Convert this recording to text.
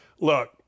Look